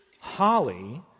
Holly